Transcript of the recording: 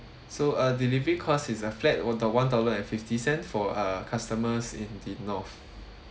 so uh delivery cost is a flat uh do~ one dollar and fifty cents for uh customers in the north